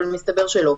אבל מסתבר שלא.